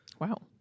Wow